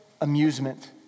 amusement